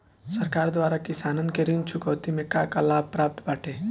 सरकार द्वारा किसानन के ऋण चुकौती में का का लाभ प्राप्त बाटे?